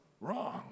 wrong